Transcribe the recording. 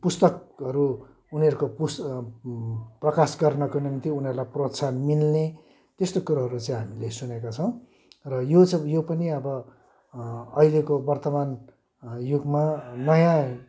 पुस्तकहरू उनीहरूको पुस प्रकाश गर्नको निम्ति उनीहरूलाई प्रोत्साहन मिल्ने त्यस्तो कुरोहरू चाहिँ हामीले सुनेका छौँ र यो चाहिँ यो पनि अब अहिलेको वर्तमान युगमा नयाँ